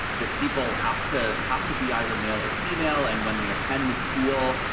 that people have to have to be either male or female. and when they attend the school,